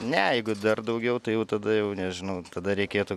ne jeigu dar daugiau tai jau tada jau nežinau tada reikėtų